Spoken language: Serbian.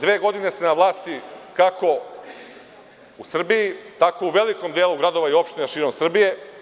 Dve godine ste na vlasti kako u Srbiji, tako u velikom delu gradova i opština širom Srbije.